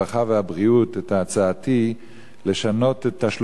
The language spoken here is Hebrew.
הרווחה והבריאות את הצעתי לשנות את עניין